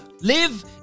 live